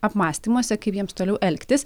apmąstymuose kaip jiems toliau elgtis